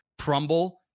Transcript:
crumble